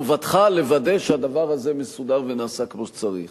חובתך לוודא שהדבר הזה מסודר ונעשה כמו שצריך.